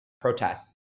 protests